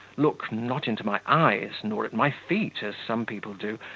look, not into my eyes nor at my feet, as some people do,